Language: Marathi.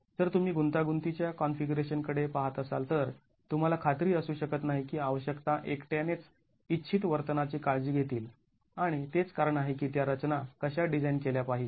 जर तुम्ही गुंतागुंतीच्या कॉन्फिगरेशन कडे पहात असाल तर तुम्हाला खात्री असू शकत नाही की आवश्यकता एकट्यानेच इच्छित वर्तनाची काळजी घेतील आणि तेच कारण आहे की त्या रचना कशा डिझाईन केल्या पाहिजेत